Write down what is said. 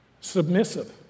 submissive